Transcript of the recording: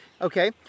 Okay